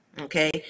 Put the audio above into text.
okay